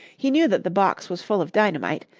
he knew that the box was full of dynamite,